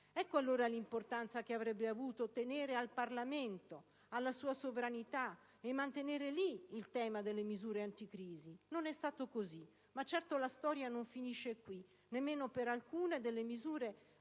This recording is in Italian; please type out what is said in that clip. Ecco allora l'importanza che avrebbe avuto tenere al Parlamento, alla sua sovranità e mantenere lì il tema delle misure anticrisi. Non è stato così, ma certo la storia non finisce qui, nemmeno per alcune delle misure anticrisi